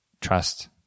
trust